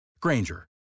granger